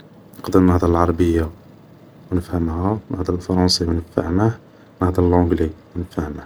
نقدر نصدر العربية و نفهمها و نهدر الفرونسي و نفهمه و نهدر اللونقلي و نفهمه